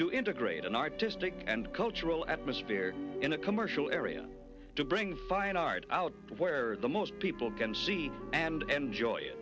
to integrate an artistic and cultural atmosphere in a commercial area to bring fine art out where the most people can see and enjoy